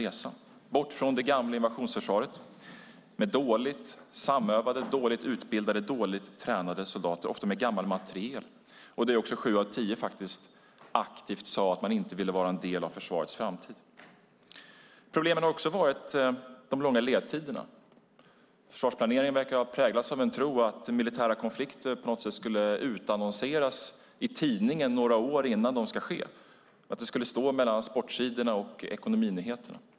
Vi ska bort från det gamla invasionsförsvaret med dåligt samövade, dåligt utbildade och dåligt tränade soldater, ofta med gammal materiel, där sju av tio faktiskt aktivt sade att de inte ville vara en del av försvarets framtid. Problemet har också varit de långa ledtiderna. Försvarsplaneringen verkar ha präglats av en tro att militära konflikter på något sätt skulle utannonseras i tidningen några år innan de ska ske - att det skulle stå mellan sportsidorna och ekonominyheterna.